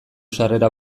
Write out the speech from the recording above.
sarrera